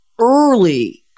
early